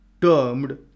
termed